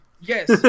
Yes